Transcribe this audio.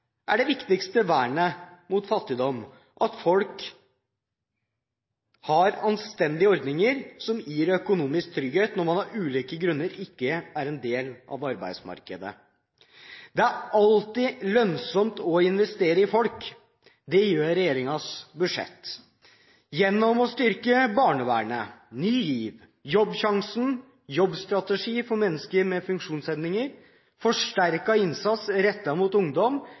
er det viktigste vernet mot fattigdom at folk har anstendige ordninger som gir økonomisk trygghet når man av ulike grunner ikke er en del av arbeidsmarkedet. Det er alltid lønnsomt å investere i folk. Det gjør regjeringens budsjett. Gjennom å styrke barnevernet, satse på Ny GIV, Jobbsjansen, jobbstrategi for mennesker med funksjonshemninger, forsterket innsats rettet mot ungdom,